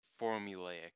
formulaic